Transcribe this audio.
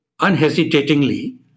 unhesitatingly